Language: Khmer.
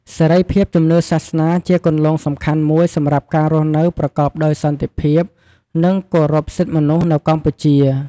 សេរីភាពជំនឿសាសនាជាគន្លងសំខាន់មួយសម្រាប់ការរស់នៅប្រកបដោយសន្តិភាព និងគោរពសិទ្ធិមនុស្សនៅកម្ពុជា។